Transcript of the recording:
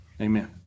amen